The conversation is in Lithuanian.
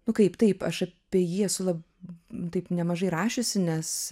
nu kaip taip aš apie jį esu la taip nemažai rašiusi nes